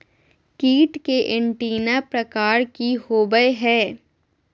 कीट के एंटीना प्रकार कि होवय हैय?